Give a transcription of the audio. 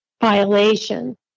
violation